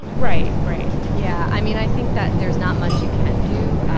right. right yeah, i mean, i think that there's not much you can do.